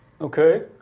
Okay